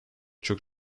çok